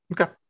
Okay